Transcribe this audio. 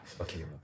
Okay